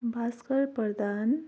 Bhaskar Pradhan